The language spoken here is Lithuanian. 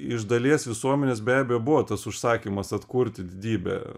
iš dalies visuomenės be abejo buvo tas užsakymas atkurti didybę